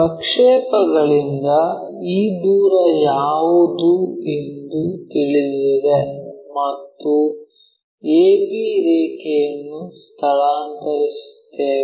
ಪ್ರಕ್ಷೇಪಗಳಿಂದ ಈ ದೂರ ಯಾವುದು ಎಂದು ತಿಳಿದಿದೆ ಮತ್ತು ab ರೇಖೆಯನ್ನು ಸ್ಥಳಾಂತರಿಸುತ್ತೇವೆ